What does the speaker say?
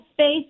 space